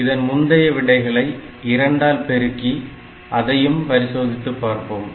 இதன் முந்தைய விடைகளை 2 ஆல் பெருக்கி அதையும் பரிசோதித்துப் பார்ப்போம்